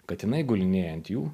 katinai gulinėja ant jų